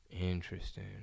Interesting